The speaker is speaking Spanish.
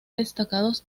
destacados